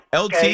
LT